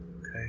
Okay